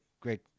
great